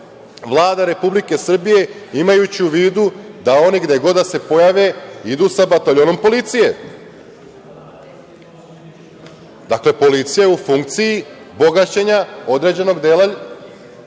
Vlada Republike Srbije imajući u vidu da oni gde god da se pojave idu sa bataljonom policije. Dakle, policija je u funkciji bogaćenja određenog dela